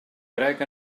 crec